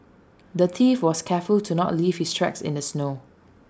the thief was careful to not leave his tracks in the snow